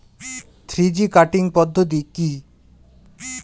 Three G cutting পদ্ধতি কি?